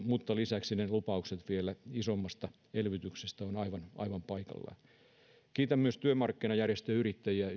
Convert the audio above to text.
mutta lisäksi ne lupaukset vielä isommasta elvytyksestä ovat aivan paikallaan kiitän myös työmarkkinajärjestöjä ja yrittäjiä